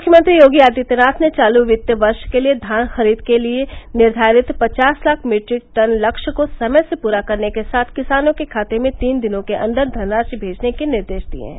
मुख्यमंत्री योगी आदित्यनाथ ने चालू वित्त वर्ष के लिये धान खरीद के निर्धारित पचास लाख मीट्रिक टन लक्ष्य को समय से पूरा करने के साथ किसानों के खाते में तीन दिनों के अन्दर धनराशि भेजने के निर्देश दिये हैं